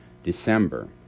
December